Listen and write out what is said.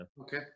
Okay